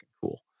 cool